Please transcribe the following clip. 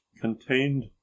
contained